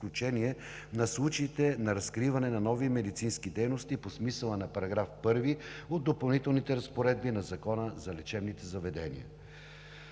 на случаите на разкриване на нови медицински дейности по смисъла на § 1 от Допълнителните разпоредби на Закона за лечебните заведения.